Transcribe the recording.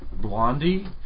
Blondie